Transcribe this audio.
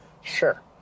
Sure